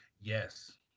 Yes